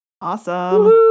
awesome